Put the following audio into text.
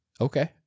Okay